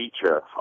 feature